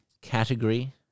category